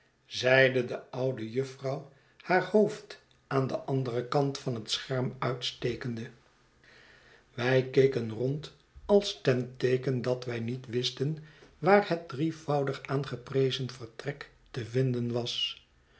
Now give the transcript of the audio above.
zeide de oude jufvrouw haar hoofd aan den anderen kant van het scherm uitstekende wij keken rond als ten teeken dat wij niet wisten waar het drievoudig aangeprezen vertrek te vinden was